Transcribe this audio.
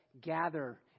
gather